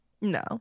No